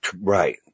Right